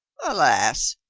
alas!